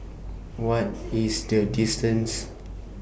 What IS The distance